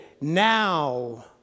now